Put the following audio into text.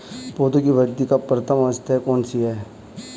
पौधों की वृद्धि की प्रथम अवस्था कौन सी है?